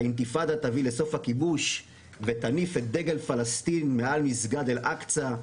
האינתיפאדה תביא לסוף הכיבוש ותניף את דגל פלסטין מעל מסגד אל אקצא,